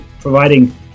providing